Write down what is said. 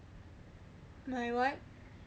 my what